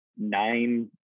nine